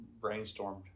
brainstormed